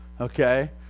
okay